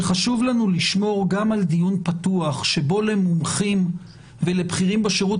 שחשוב לנו לשמור גם על דיון פתוח שבו למומחים ולבכירים בשירות